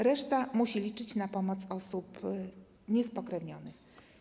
Reszta musi liczyć na pomoc osób niespokrewnionych.